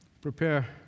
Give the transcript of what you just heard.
Prepare